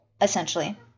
essentially